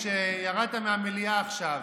אתה מפריע.